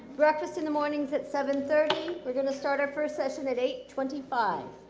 breakfast in the morning is at seven thirty. we're going to start our first session at eight twenty five.